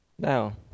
Now